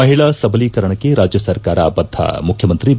ಮಹಿಳಾ ಸಬಲೀಕರಣಕ್ಕೆ ರಾಜ್ಯ ಸರ್ಕಾರ ಬದ್ಧ ಮುಖ್ಯಮಂತ್ರಿ ಬಿ